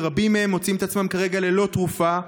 ורבים מהם מוצאים את עצמם כרגע ללא תרופה,